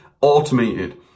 automated